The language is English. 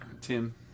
Tim